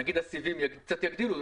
הסיבים אולי קצת יגדילו את השוק,